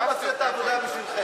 אנחנו נעשה את העבודה בשבילכם.